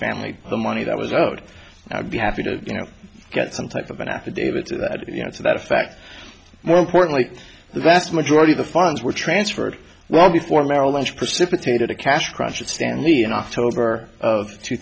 family the money that was owed i would be happy to you know get some type of an affidavit so that you know to that fact more importantly the vast majority of the farms were transferred well before merrill lynch precipitated a cash crunch at stanley in october of two